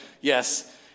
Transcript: Yes